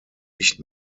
nicht